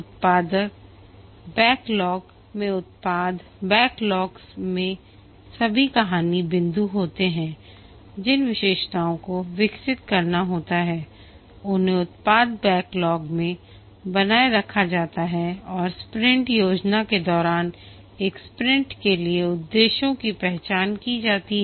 उत्पाद बैकलॉग से उत्पाद बैकलॉग में सभी कहानी बिंदु होते हैं जिन विशेषताओं को विकसित करना होता है उन्हें उत्पाद बैकलॉग में बनाए रखा जाता है और स्प्रिंट योजना के दौरान एक स्प्रिंट के लिए उद्देश्यों की पहचान की जाती है